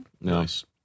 Nice